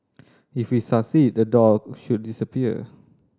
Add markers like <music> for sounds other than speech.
<noise> if we succeed the door should disappear